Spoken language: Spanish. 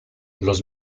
los